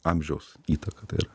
amžiaus įtaka tai yra